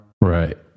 right